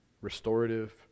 restorative